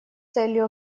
целью